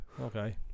Okay